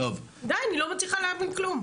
די, אני לא מצליחה להבין כלום.